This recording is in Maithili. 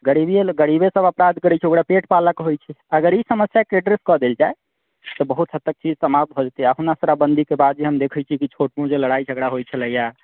गरीबिए ने गरीबे सभ अपराध करैत छै ओकरा पेट पालऽके होइत छै अगर ई समस्याके एड्ड्रेस कऽ देल जाए तऽ बहुत हद तक चीज समाप्त हो जेतै अपना शराबबन्दीके बाद हम देखैत छिऐ कि छोट मोट जे लड़ाइ झगड़ा होइत छलैए